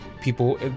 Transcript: people